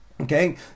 okay